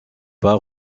pas